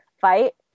fight